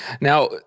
Now